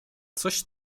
coś